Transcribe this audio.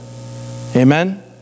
Amen